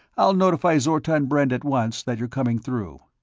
i'll notify zortan brend at once that you're coming through.